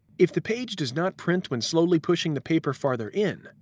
if the page does not print when slowly pushing the paper farther in,